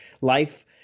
life